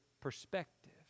perspective